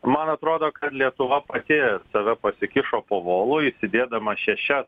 man atrodo kad lietuva pati save pasikišo po volu įsidėdama šešias